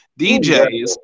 DJs